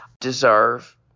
deserve